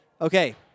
Okay